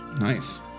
Nice